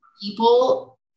People